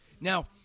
Now